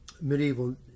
medieval